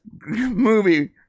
movie